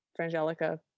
frangelica